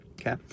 Okay